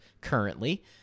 currently